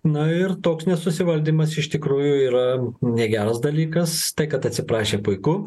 na ir toks nesusivaldymas iš tikrųjų yra negeras dalykas tai kad atsiprašė puiku